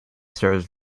serves